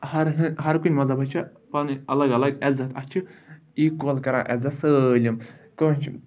ہَر ہرکُنہِ منٛز دَپَان چھِ پَنٕنۍ الگ الگ عزت اَتھ چھِ ایٖکوَل کَران عزت سٲلِم کانٛہہ چھِ